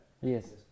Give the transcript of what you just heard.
Yes